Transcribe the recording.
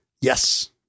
Yes